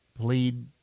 plead